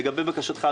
לגבי בקשתך,